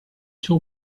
two